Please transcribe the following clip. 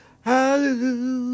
Hallelujah